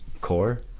core